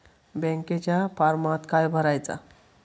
बँकेच्या फारमात काय भरायचा?